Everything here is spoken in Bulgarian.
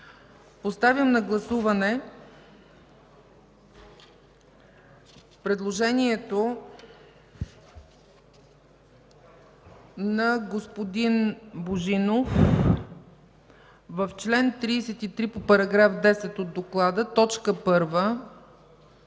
Поставям на гласуване предложението на господин Божинов – в чл. 33 по § 10 от доклада, т. 1